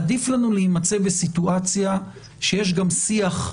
עדיף לנו להימצא בסיטואציה שיש גם שיח,